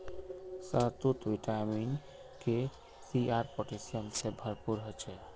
शहतूत vitamin K, C आर potassium से भरपूर ह छे